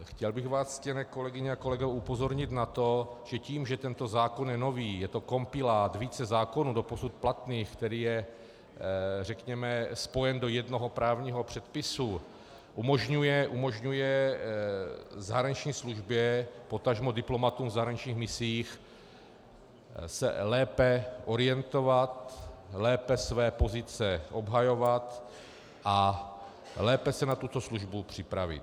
Chtěl bych vás, ctěné kolegyně a kolegové upozornit na to, že tím, že tento zákon je nový, je to kompilát více zákonů doposud platných, který je řekněme spojen do jednoho právního předpisu, umožňuje zahraniční službě, potažmo diplomatům v zahraničních misích se lépe orientovat, lépe své pozice obhajovat a lépe se na tuto službu připravit.